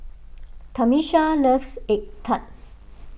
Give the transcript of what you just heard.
Tamisha loves Egg Tart